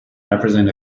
represent